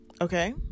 okay